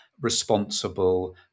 responsible